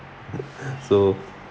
so